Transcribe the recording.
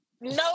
No